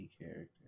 character